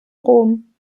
rom